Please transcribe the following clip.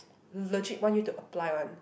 legit want you to apply one